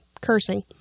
cursing